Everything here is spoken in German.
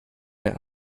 eine